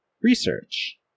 research